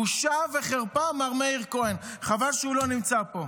בושה וחרפה, מר מאיר כהן, חבל שהוא לא נמצא כאן.